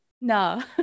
no